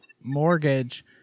Mortgage